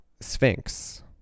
Sphinx